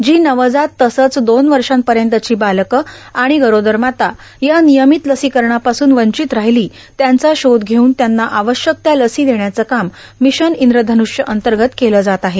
जी नवजात तसंच दोन वषा पयतची बालकं र्आाण गरोदर माता या र्ानर्यामत लसीकरणापासून वंचीत रार्ाहलो त्यांचा शोध घेवून त्यांना आवश्यक त्या लसी देण्याचं काम र्मिशन इंद्रधनुष्य अंतगत केलं जात आहे